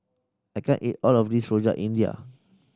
I can't eat all of this Rojak India